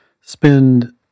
spend